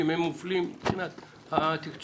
אם הם מופלים מבחינת התקצוב?